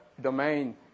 domain